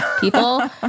people